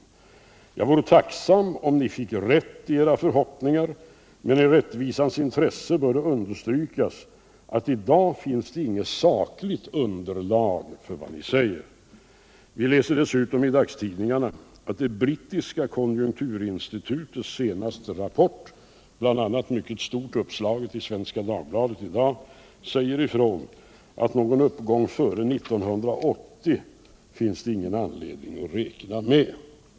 Jag vore tacksam om ni fick rätt i era förhoppningar, men i rättvisans intresse bör det understrykas att i dag finns det inget sakligt underlag för vad ni säger. Vi läser dessutom i dagstidningarna att det brittiska konjunkturinstitutets senaste rapport, bl.a. mycket stort uppslaget i Svenska Dagbladet i dag, säger ifrån att någon uppgång före 1980 finns det ingen anledning att räkna med.